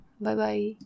Bye-bye